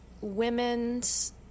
women's